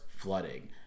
Flooding